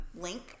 link